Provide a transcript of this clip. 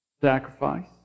Sacrifice